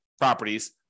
properties